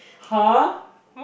huh